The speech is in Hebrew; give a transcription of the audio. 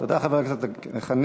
תודה, חבר הכנסת חנין.